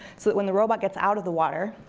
so that when the robot gets out of the water,